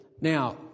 now